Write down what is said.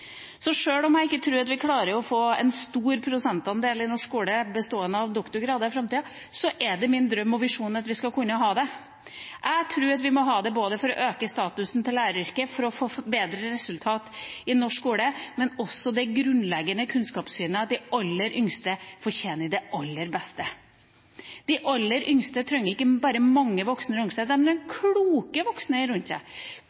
Så sjøl om jeg ikke tror at vi klarer å få en stor prosentandel i norsk skole av doktorgrader i framtida, er det min drøm og visjon at vi skal kunne ha det. Jeg tror at vi må ha det for å øke statusen til læreryrket for å få bedre resultat i norsk skole, men også ut fra det grunnleggende kunnskapssynet at de aller yngste fortjener det aller beste. De aller yngste trenger ikke bare mange voksne